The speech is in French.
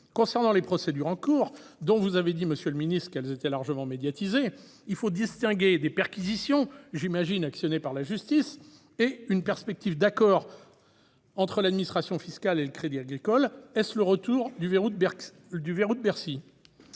Concernant les procédures en cours, dont vous avez dit, monsieur le ministre, qu'elles étaient largement médiatisées, il faut distinguer les perquisitions, que j'imagine actionnées par la justice, et une perspective d'accord entre l'administration fiscale et le Crédit Agricole. Est-ce le retour du verrou de Bercy ?